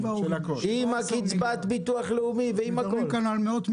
עם קצבת ביטוח הלאומי ועם הכול.